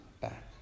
back